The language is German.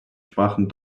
sprachen